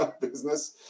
business